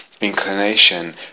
inclination